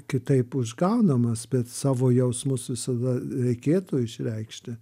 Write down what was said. kitaip užgaunamas bet savo jausmus visada reikėtų išreikšti